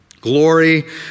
Glory